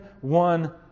one